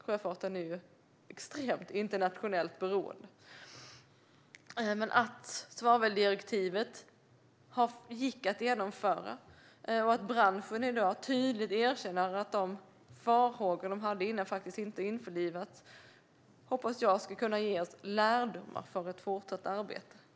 Sjöfarten är ju extremt internationellt beroende. Att svaveldirektivet gick att genomföra och att branschen i dag tydligt erkänner att de farhågor de hade innan faktiskt inte besannades hoppas jag ska kunna ge lärdomar för ett fortsatt arbete.